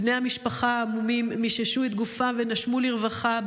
בני המשפחה ההמומים מיששו את גופם ונשמו לרווחה,